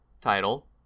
title